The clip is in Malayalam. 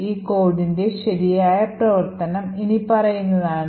ഈ കോഡിന്റെ ശരിയായ പ്രവർത്തനം ഇനിപ്പറയുന്നതാണ്